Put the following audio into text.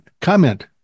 comment